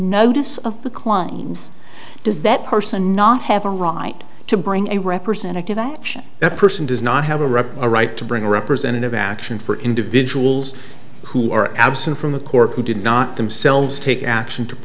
notice of the claims does that person not have a right to bring a representative action that person does not have a rep a right to bring a representative action for individuals who are absent from the court who did not themselves take action to